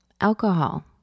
Alcohol